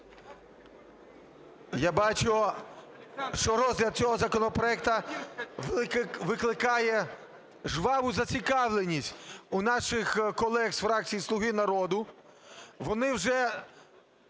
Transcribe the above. Я бачу, що розгляд цього законопроекту викликає жваву зацікавленість у наших колег з фракції "Слуга народу",